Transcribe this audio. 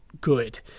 good